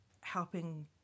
helping